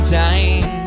time